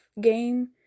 game